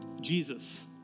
Jesus